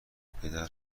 پدر